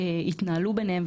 יתנהלו ביניהם,